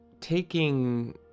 taking